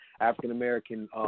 African-American